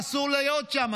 אסור להיות שם,